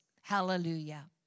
Hallelujah